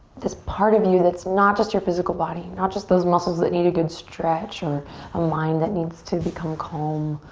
this part of you that's not just your physical body, not just those muscles that need a good stretch or a mind that needs to become calm,